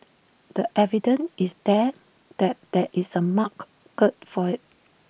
the evidence is there that there is A mark good for IT